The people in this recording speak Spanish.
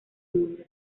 mundo